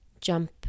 jump